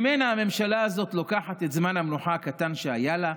ממנה הממשלה הזאת לוקחת את זמן המנוחה הקטן שהיה לה,